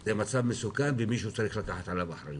זה מצב מסוכן ומישהו צריך לקחת על זה אחריות.